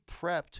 prepped